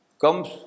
Comes